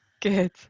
Good